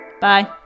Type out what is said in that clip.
Bye